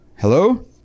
Hello